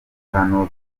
hano